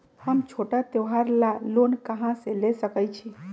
हम छोटा त्योहार ला लोन कहां से ले सकई छी?